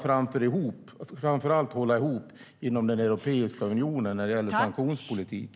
Framför allt måste vi hålla ihop inom Europeiska unionen vad gäller sanktionspolitiken.